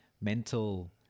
mental